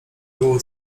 było